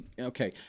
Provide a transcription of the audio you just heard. Okay